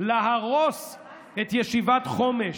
להרוס את ישיבת חומש.